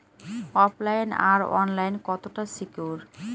ওফ line আর online কতটা secure?